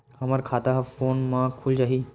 हमर खाता ह फोन मा खुल जाही?